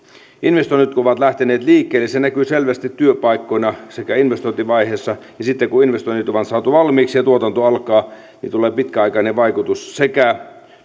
investoinnit ovat lähteneet liikkeelle se näkyy selvästi työpaikkoina sekä investointivaiheessa ja sitten kun investoinnit on saatu valmiiksi ja tuotanto alkaa niin tulee pitkäaikainen vaikutus sekä